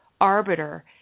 arbiter